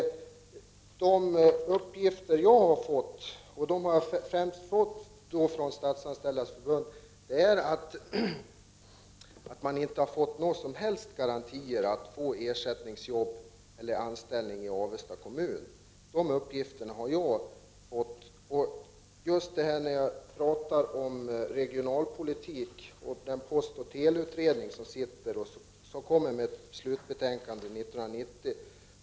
De uppgifter jag har fått, främst från Statsanställdas förbund, är att man inte har fått några som helst garantier för ersättningsjobb eller anställning i Avesta kommun. Jag nämnde tidigare regionalpolitiken och den sittande postoch teleutredningen som kommer med sitt slutbetänkande år 1990.